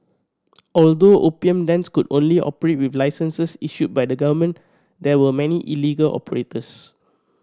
although opium dens could only operate with licenses issued by the government there were many illegal operators